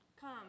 Come